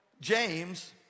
James